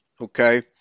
okay